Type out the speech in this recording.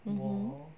mmhmm